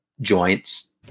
joints